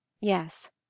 Yes